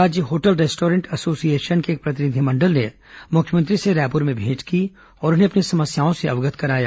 राज्य hotel restaurant association के एक प्रतिनिधिमंडल ने मुख्यमंत्री से रायपुर में भेंट की और उन्हें अपनी समस्याओं से अवगत कराया